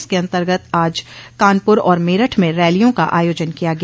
इसके अन्तर्गत आज कानपुर और मेरठ में रैलियों का आयोजन किया गया